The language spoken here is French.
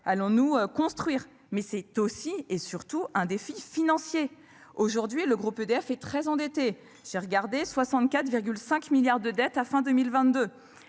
Allons-nous construire mais c'est aussi et surtout un défi financier. Aujourd'hui le groupe EDF est très endetté. J'ai regardé 64,5 milliards de dette à fin 2022,